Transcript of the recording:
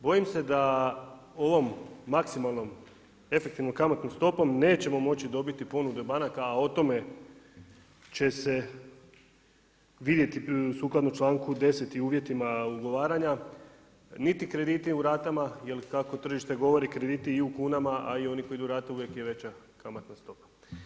Bojim se da ovom maksimalnom efektivnom kamatnom stopom nećemo moći dobiti ponude banaka a o tome će se vidjeti sukladno članku 10. i uvjetima ugovaranja, niti krediti u ratama jer kako tržište govori krediti i u kunama a i oni koji idu u rate uvijek je veća kamatna stopa.